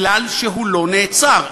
כי הוא לא נעצר,